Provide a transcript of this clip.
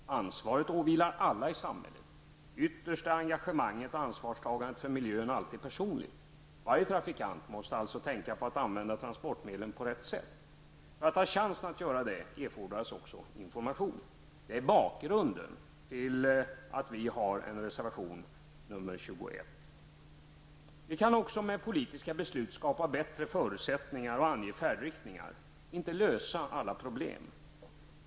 Ansvaret åvilar alla i samhället. Ytterst är engagemanget och ansvarstagandet för miljön alltid personligt. Varje trafikant måste alltså tänka på att använda transportmedlen på rätt sätt. För att ha chansen att göra det erfordras också information. Det är bakgrunden till vår reservation Vi kan också med politiska beslut skapa bättre förutsättningar och ange färdriktningar, dock inte lösa alla problem.